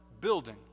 building